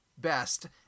best